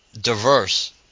diverse